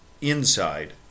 inside